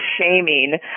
shaming